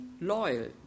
loyal